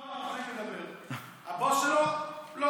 איתו אנחנו יכולים לדבר, עם הבוס שלו לא.